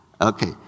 Okay